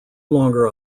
longer